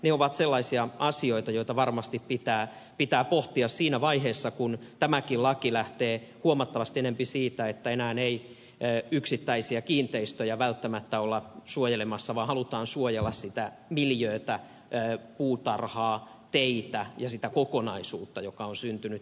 ne ovat sellaisia asioita joita varmasti pitää pohtia siinä vaiheessa kun tämäkin laki lähtee huomattavasti enempi siitä että enää ei yksittäisiä kiinteistöjä välttämättä olla suojelemassa vaan halutaan suojella sitä miljöötä puutarhaa teitä ja sitä kokonaisuutta joka on syntynyt